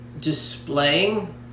displaying